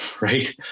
right